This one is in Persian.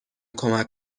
کمک